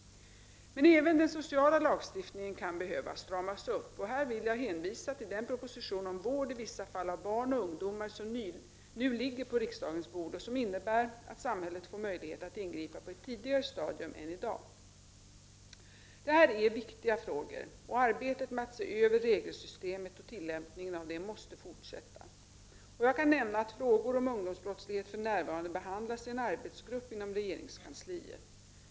Men även den sociala lagstiftningen kan behöva stramas upp. Här vill jag hänvisa till den proposition om vård i vissa fall av barn och ungdomar som nu ligger på riksdagens bord och som innebär att samhället får möjlighet att ingripa på ett tidigare stadium än i dag. Det här är viktiga frågor. Och arbetet med att se över regelsystemet och tillämpningen av det måste fortsätta. Jag kan nämna att frågor om ungdomsbrottslighet för närvarande behandlas i en arbetsgrupp inom regeringskansliet.